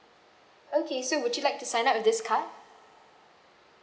okay so would you like to sign up with this card